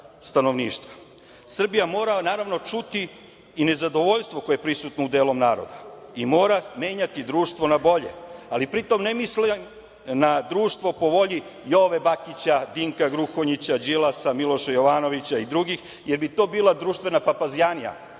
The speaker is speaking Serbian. Srbija mora, naravno, čuti i nezadovoljstvo koje je prisutno u delu naroda i mora menjati društvo nabolje, ali pritom ne mislim na društvo po volji Jove Bakića, Dinka Gruhonjića, Đilasa, Miloša Jovanovića i drugih, jer bi to bila društvena papazjanija,